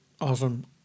Awesome